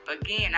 again